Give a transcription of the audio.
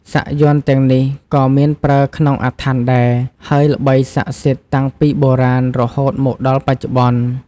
សាក់យ័ន្តទាំងនេះក៏មានប្រើក្នុងអាថ័ន្តដែរ ហើយល្បីស័ក្តិសិទ្ធតាំងពីបុរាណរហូតមកដល់បច្ចុប្បន្ន។